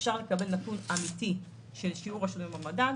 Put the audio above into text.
ואפשר לקבל נתון אמיתי של השיעור השינוי במדד.